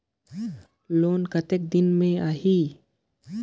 Loan कतेक दिन मे आही?